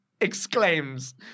exclaims